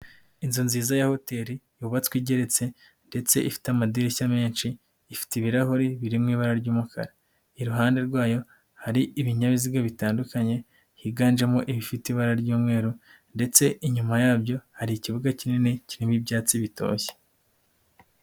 Inzu nziza ya hoteli yubatswe igeretse ndetse ifite amadirishya menshi, ifite ibirahuri biri mu ibara ry'umukara, iruhande rwayo hari ibinyabiziga bitandukanye, higanjemo ibifite ibara ry'umweru ndetse inyuma yabyo hari ikibuga kinini kirimo ibyatsi bitoshye.